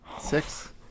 six